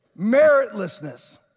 meritlessness